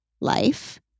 life